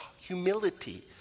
humility